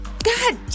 God